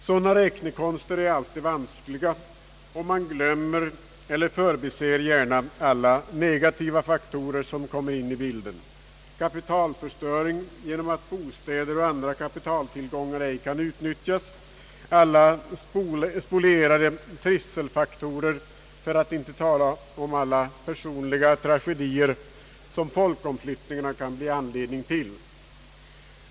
Sådana räknekonster är alltid vanskliga och man glömmer eller förbiser gärna alla negativa faktorer, som kommer in i bilden — kapitalförstöring genom att bostäder och andra kapitaltillgångar ej kan utnyttjas, alla spolierade trivselfaktorer, för att inte tala om alla personliga tragedier som folkomflyttningarna kan bli anledning till.